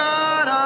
God